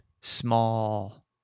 small